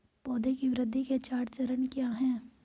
पौधे की वृद्धि के चार चरण क्या हैं?